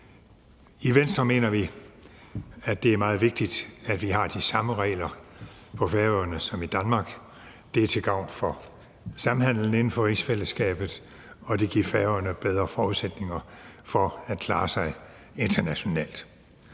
I Venstre mener vi, at det er meget vigtigt, at vi har de samme regler på Færøerne som i Danmark. Det er til gavn for samhandelen inden for rigsfællesskabet, og det giver Færøerne bedre forudsætninger for at klare sig internationalt.